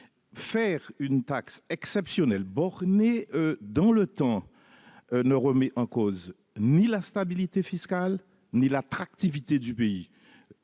faire une taxe exceptionnelle borné dans le temps ne remet en cause ni la stabilité fiscale ni l'attractivité du pays,